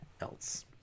else